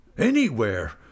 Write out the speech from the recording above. Anywhere